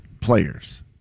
players